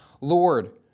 Lord